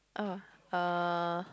oh uh